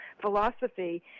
philosophy